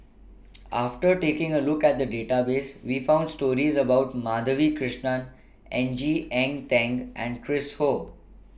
after taking A Look At The Database We found stories about Madhavi Krishnan N G Eng Teng and Chris Ho